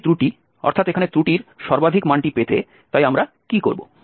এবং এই ত্রুটি অর্থাৎ এখানে ত্রুটির সর্বাধিক মানটি পেতে তাই আমরা কি করব